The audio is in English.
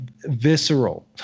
visceral